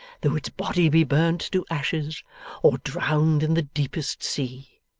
though its body be burnt to ashes or drowned in the deepest sea.